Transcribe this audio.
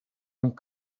and